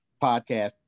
podcast